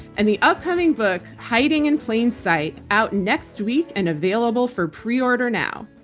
and the upcoming book, hiding in plain sight, out next week and available for pre-order now.